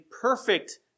perfect